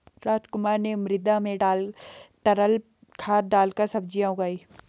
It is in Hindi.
रामकुमार ने मृदा में तरल खाद डालकर सब्जियां उगाई